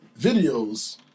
videos